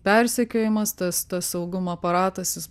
persekiojimas tas tas saugumo aparatas jis